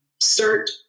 start